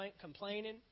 complaining